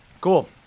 Cool